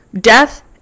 Death